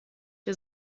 wir